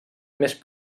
més